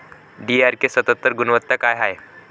DRK सत्यात्तरची गुनवत्ता काय हाय?